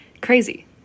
crazy